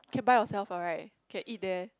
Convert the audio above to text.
can buy yourself what right can eat there